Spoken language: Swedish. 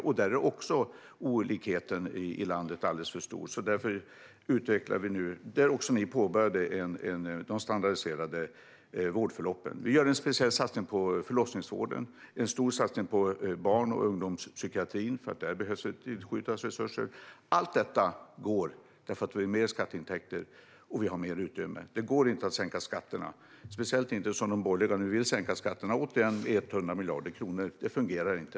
Där är också olikheterna i landet alldeles för stora. Vi utvecklar nu de standardiserade vårdförloppen, som ni påbörjade. Vi gör en speciell satsning på förlossningsvården och en stor satsning på barn och ungdomspsykiatrin, för där behöver det tillskjutas resurser. Allt detta går därför att vi har mer skatteintäkter och mer utrymme. Det går inte att sänka skatterna. De borgerliga vill nu sänka skatterna med 100 miljarder kronor. Det fungerar inte.